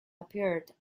appeared